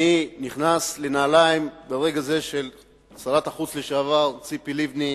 ברגע זה אני נכנס לנעליים של שרת החוץ לשעבר ציפי לבני,